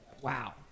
Wow